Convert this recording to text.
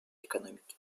экономики